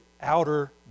outer